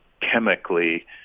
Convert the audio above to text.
chemically